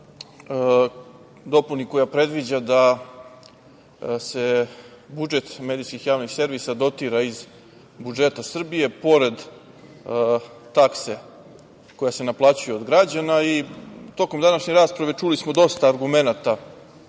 dopuni koja predviđa da se budžet medijskih javnih servisa dotira iz budžeta Srbije pored takse koja se naplaćuje od građana. Tokom današnje rasprave čuli smo dosta argumenata